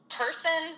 person